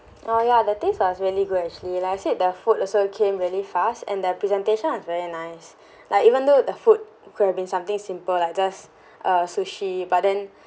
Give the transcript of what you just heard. oh ya the taste was really good actually like I said the food also came really fast and their presentation was very nice like even though the food could have been something simple like just uh sushi but then